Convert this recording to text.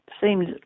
seems